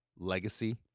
Legacy